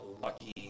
lucky